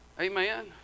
Amen